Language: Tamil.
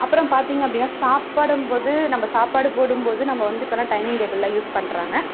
அப்புறம் பார்த்திங்க அப்படின்னா சாப்பிடம்போது நம்ப சாப்பாடு போடும்போது நம்ப வந்து இப்போலாம் டைனிங் டேபிள்லாம் யூஸ் பண்ணுறாங்க